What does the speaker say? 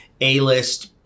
A-list